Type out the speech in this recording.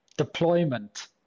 deployment